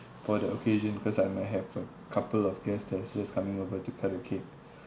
for the occasion because I might have a couple of guest that's just coming over to cut the cake